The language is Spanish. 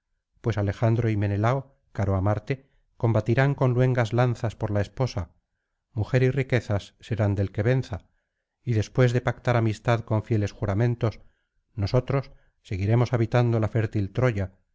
pues alejandro y menelao caro á marte combatirán con luengas lanzas por la esposa mujer y riquezas serán del que venza y después de pactar amistad con fieles juramentos nosotros seguiremos habitando la fértil troya